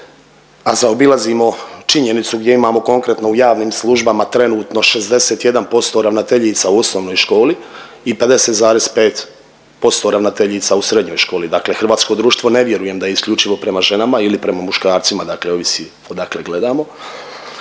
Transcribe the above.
a zaobilazimo činjenicu gdje imamo konkretno u javnim službama, trenutno 61% ravnateljica u osnovnoj školi i 50,5% ravnateljica u srednjoj školi, dakle hrvatskoj društvo, ne vjerujem da je isključivo prema ženama ili prema muškarcima, dakle ovisi odakle gledamo,